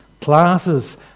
Classes